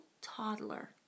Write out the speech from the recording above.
toddler